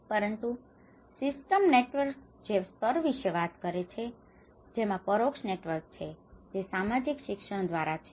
પરંતુ system networks જે macro સ્તર વિશે વાત કરે છે જેમાં પરોક્ષ નેટવર્ક છે જે સામાજિક શિક્ષણ દ્વારા છે